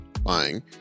buying